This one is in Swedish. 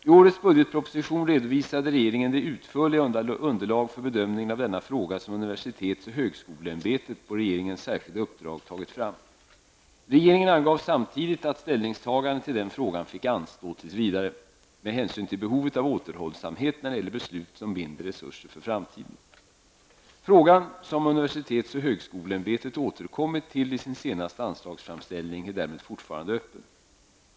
I årets budgetproposition redovisade regeringen det utförliga underlag för bedömningen av denna fråga som universitets och högskoleämbetet på regeringens särskilda uppdrag tagit fram. Regeringen angav samtidigt att ställningstagandet till denna fråga fick anstå tills vidare, med hänsyn till behovet av återhållsamhet när det gäller beslut som binder resurser för framtiden. Frågan -- som universitets och högskoleämbetet återkommit till i sin senaste anslagsframställning -- är därmed fortfarande öppen.